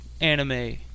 anime